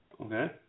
Okay